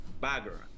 bagger